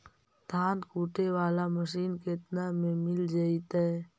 धान कुटे बाला मशीन केतना में मिल जइतै?